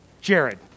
jared